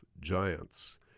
Giants